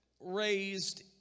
raised